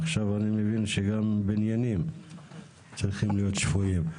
עכשיו אני מבין שגם בניינים צריכים להיות שפויים.